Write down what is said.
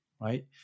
right